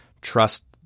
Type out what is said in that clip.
trust